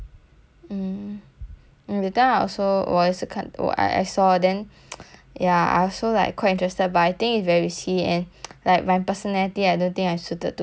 mm that time I also was 看 ago I I saw then ya I also like quite interested but I think it's very risky and like my personality I don't think I'm suited to play stock this kind of thing